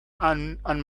and